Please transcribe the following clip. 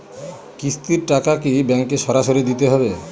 কিস্তির টাকা কি ব্যাঙ্কে সরাসরি দিতে হবে?